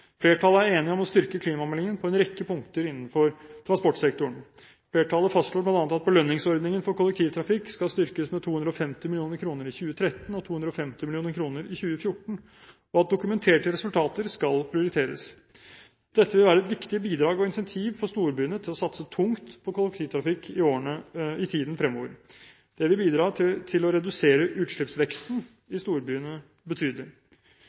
Flertallet er enig om å styrke klimameldingen på en rekke punkter innenfor transportsektoren. Flertallet fastslår bl.a. at belønningsordningen for kollektivtrafikk skal styrkes med 250 mill. kr i 2013 og 250 mill. kr i 2014, og at dokumenterte resultater skal prioriteres. Dette vil være et viktig bidrag og incentiv for storbyene til å satse tungt på kollektivtrafikk i tiden fremover. Det vil bidra til å redusere utslippsveksten i storbyen betydelig.